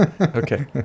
okay